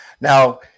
Now